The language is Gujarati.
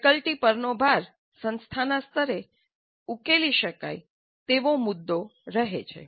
ફેકલ્ટી પરનો ભાર સંસ્થાનો સ્તરે ઉકેલી શકાય તેવો મુદ્દો રહે છે